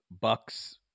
Bucks